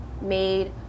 made